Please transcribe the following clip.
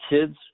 kids